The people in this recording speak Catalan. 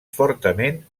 fortament